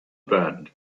band